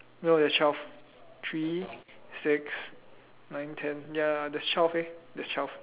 no there's twelve three six nine ten ya there's twelve leh there's twelve